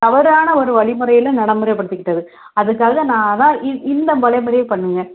தவறான ஒரு வழிமுறையில நடைமுறைப்படுத்திக்கிட்டது அதுக்காக நான் தான் இந் இந்த வழிமுறை பண்ணுங்க